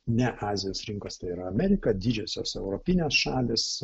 ne azijos rinkos tai yra amerika didžiosios europinės šalys